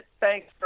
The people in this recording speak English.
thanks